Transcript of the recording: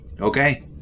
Okay